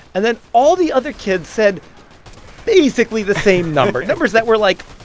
and then all the other kids said basically the same number numbers that were, like,